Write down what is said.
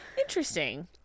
Interesting